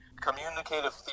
communicative